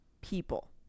people